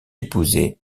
épouser